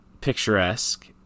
picturesque